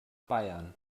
bayern